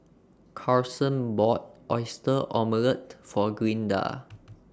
Carson bought Oyster Omelette For Glinda